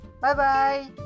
bye-bye